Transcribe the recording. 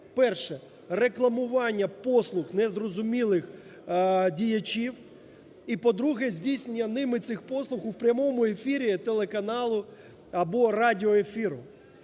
перше – рекламування послуг незрозумілих діячів і, по-друге, здійснення ними цих послуг у прямому ефірі телеканалу або радіоефіру.